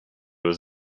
was